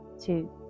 two